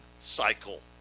cycle